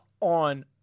on